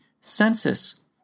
census